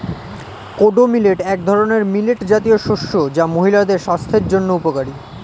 kodo millet এক ধরনের millet জাতীয় শস্য যা মহিলাদের স্বাস্থ্যের জন্য উপকারী